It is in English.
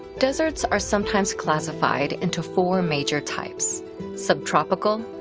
deserts are sometimes classified into four major types subtropical,